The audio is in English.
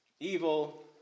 evil